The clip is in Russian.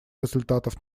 результатов